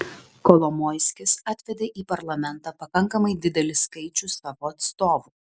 kolomoiskis atvedė į parlamentą pakankamai didelį skaičių savo atstovų